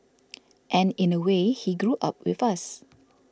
and in a way he grew up with us